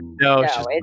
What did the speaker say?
no